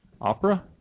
Opera